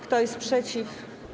Kto jest przeciw?